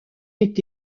est